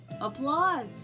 Applause